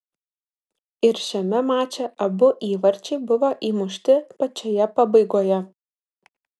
ir šiame mače abu įvarčiai buvo įmušti pačioje pabaigoje